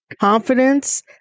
confidence